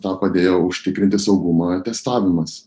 na padėjo užtikrinti saugumą testavimas